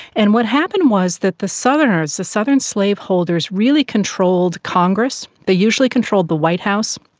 and what happened was that the southerners, the southern slave holders really controlled congress, they usually controlled the white house,